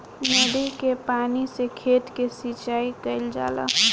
नदी के पानी से खेत के सिंचाई कईल जाला